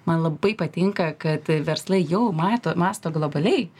man labai patinka kad verslai jau mato mąsto globaliai